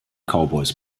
cowboys